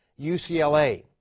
UCLA